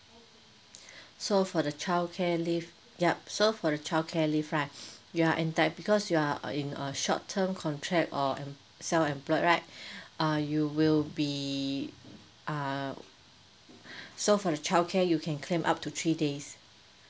so for the childcare leave yup so for the childcare leave right you are entitled because you are uh in a short term contract or um self employed right uh you will be err so for the childcare you can claim up to three days